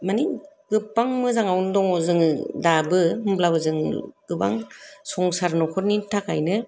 मानि गोबां मोजाङावनो दङ जोङो दाबो होमब्लाबो जों गोबां संसार नखरनि थाखायनो